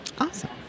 Awesome